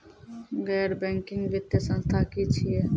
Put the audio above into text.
गैर बैंकिंग वित्तीय संस्था की छियै?